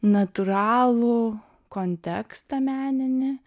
natūralų kontekstą meninį